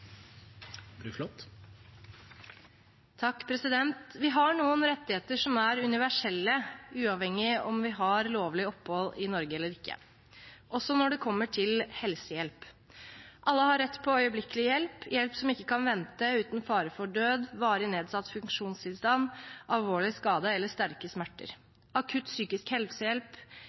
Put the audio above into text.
universelle, uavhengig av om man har lovlig opphold i Norge eller ikke, også når det kommer til helsehjelp. Alle har rett på øyeblikkelig hjelp, hjelp som ikke kan vente uten fare for død, varig nedsatt funksjonstilstand, alvorlig skade eller sterke smerter, akutt psykisk helsehjelp,